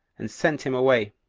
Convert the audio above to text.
and sent him away.